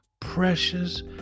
precious